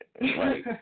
Right